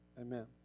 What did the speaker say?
Amen